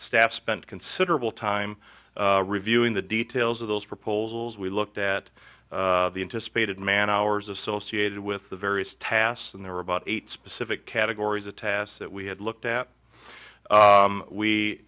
staff spent considerable time reviewing the details of those proposals we looked at the into spaded man hours associated with the various tasks and there were about eight specific categories of tasks that we had looked at